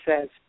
says